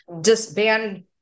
disband